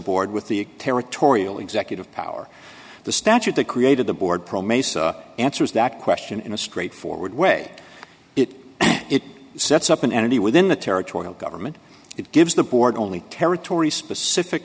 board with the territorial executive power the statute that created the board answers that question in a straightforward way it it sets up an entity within the territorial government it gives the board only territory specific